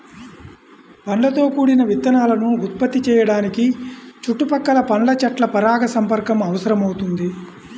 పండ్లతో కూడిన విత్తనాలను ఉత్పత్తి చేయడానికి చుట్టుపక్కల పండ్ల చెట్ల పరాగసంపర్కం అవసరమవుతుంది